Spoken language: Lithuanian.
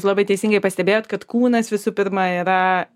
jūs labai teisingai pastebėjot kad kūnas visų pirma yra